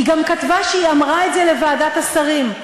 היא גם כתבה שהיא אמרה את זה לוועדת השרים.